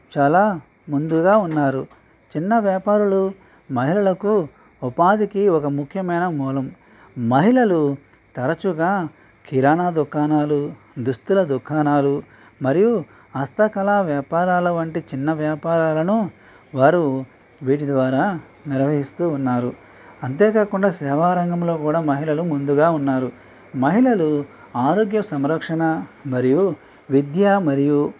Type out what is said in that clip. చాలా ముందుగా ఉన్నారు చిన్న వ్యాపారులు మహిళలకు ఉపాధికి ఒక ముఖ్యమైన మూలం మహిళలు తరచుగా కిరాణా దుకాణాలు దుస్తుల దుకాణాలు మరియు హస్తకళ వ్యాపారాలవంటి చిన్న వ్యాపారాలను వారు వీటి ద్వారా నెరవేరుస్తూ ఉన్నారు అంతేకాకుండా సేవారంగంలో కూడా మహిళలు ముందుగా ఉన్నారు మహిళలు ఆరోగ్య సంరక్షణ మరియు విద్యా మరియు